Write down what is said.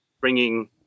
bringing –